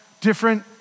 different